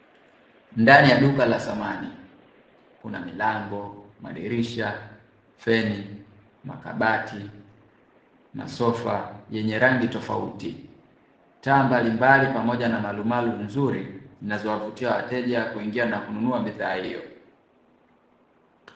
Ndani ya duka la samani kuna milango, madirisha, feni, makabati, masofa yenye rangi tofauti, taa mbalimbali pamoja na malumalu nzuri zinazowavutia wateja kuingia na kununua bidhaa hiyo.